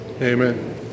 Amen